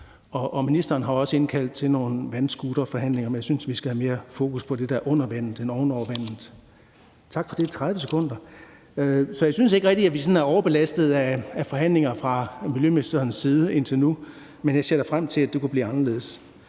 Ministeren har også indkaldt til nogle vandscooterforhandlinger, men jeg synes, at vi skal have mere fokus på det, der er under vandet, end det, der er over vandet. Jeg har 30 sekunder, tak for det. Så jeg synes ikke rigtigt, at vi er overbelastet af forhandlinger fra miljøministerens side indtil nu, men jeg ser da frem til, at det kan blive anderledes.